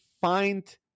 find